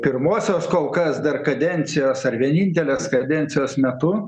pirmosios kol kas dar kadencijos ar vienintelės kadencijos metu